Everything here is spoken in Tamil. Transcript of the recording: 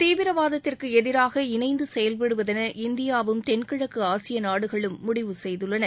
தீவிரவாதத்திற்கு எதிராக இணைந்து செயல்படுவதென இந்தியாவும் தென்கிழக்கு ஆசிய நாடுகளும் முடிவு செய்துள்ளன